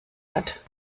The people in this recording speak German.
hat